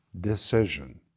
decision